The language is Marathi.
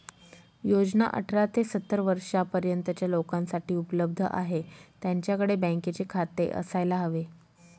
योजना अठरा ते सत्तर वर्षा पर्यंतच्या लोकांसाठी उपलब्ध आहे, त्यांच्याकडे बँकेचे खाते असायला हवे